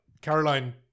Caroline